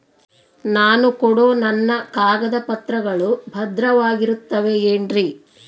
ನಾನು ಕೊಡೋ ನನ್ನ ಕಾಗದ ಪತ್ರಗಳು ಭದ್ರವಾಗಿರುತ್ತವೆ ಏನ್ರಿ?